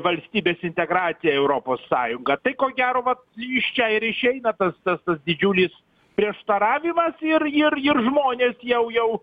valstybės integraciją į europos sąjungą tai ko gero vat iš čia ir išeina tas tas tas didžiulis prieštaravimas ir ir ir žmonės jau jau